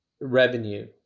revenue